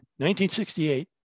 1968